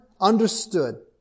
understood